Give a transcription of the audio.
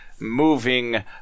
moving